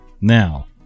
Now